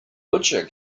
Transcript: butcher